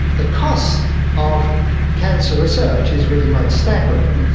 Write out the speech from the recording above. the cost of cancer research is really quite staggering.